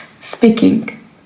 speaking